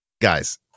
Guys